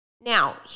Now